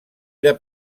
era